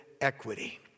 equity